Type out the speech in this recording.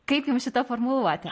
kaip jums šita formuluotė